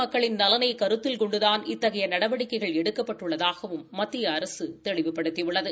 மக்களின் நலனை கருத்தில் கொண்டுதான் இத்தகைய நாட்டு நடவடிக்கைகள் எடுக்கப்பட்டுள்ளதாகவும் மத்திய அரசு தெளிவுபடுத்தியுள்ளது